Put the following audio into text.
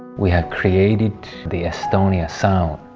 we have created the estonia sound.